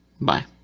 Bye